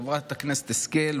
חברת הכנסת השכל,